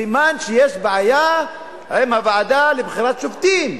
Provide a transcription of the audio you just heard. סימן שיש בעיה עם הוועדה לבחירת שופטים.